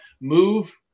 move